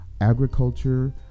agriculture